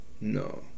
No